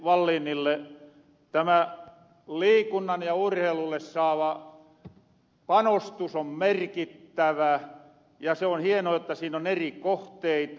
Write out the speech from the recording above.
tämä liikunnan ja urheilun saama panostus on merkittävä ja se on hienoa että siinä on eri kohteita